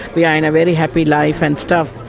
we are in a very happy life and stuff.